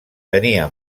tenia